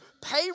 pay